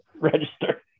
register